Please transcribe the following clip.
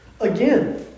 again